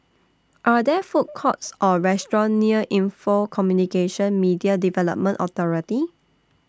Are There Food Courts Or restaurants near Info Communications Media Development Authority